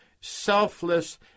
selfless